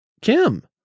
Kim